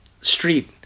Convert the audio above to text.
street